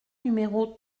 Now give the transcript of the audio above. numéro